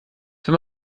wenn